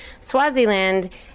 Swaziland